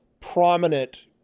prominent